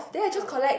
help